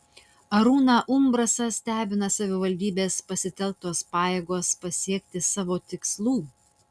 arūną umbrasą stebina savivaldybės pasitelktos pajėgos pasiekti savo tikslų